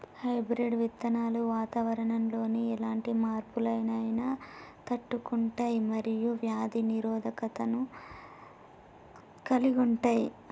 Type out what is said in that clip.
hybrid విత్తనాలు వాతావరణంలోని ఎలాంటి మార్పులనైనా తట్టుకుంటయ్ మరియు వ్యాధి నిరోధకతను కలిగుంటయ్